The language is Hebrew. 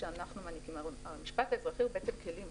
ראשית, המשפט האזרחי הוא כלים